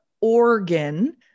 organ